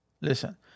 Listen